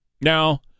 Now